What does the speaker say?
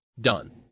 done